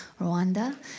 Rwanda